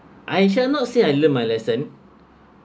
I shall not say I learned my lesson